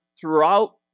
throughout